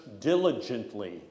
diligently